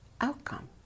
outcome